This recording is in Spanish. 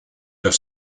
los